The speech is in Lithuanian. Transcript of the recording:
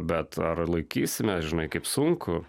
bet ar laikysimės žinai kaip sunku